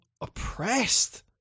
oppressed